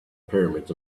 pyramids